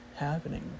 happening